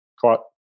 caught